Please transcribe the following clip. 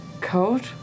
coat